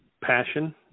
passion